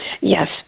Yes